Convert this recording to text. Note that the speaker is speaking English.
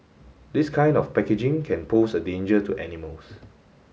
this kind of packaging can pose a danger to animals